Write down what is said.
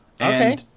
Okay